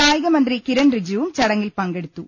കായികമന്ത്രി കിരൺ റിജ്ജുവും ചടങ്ങിൽ പങ്കെടുത്തു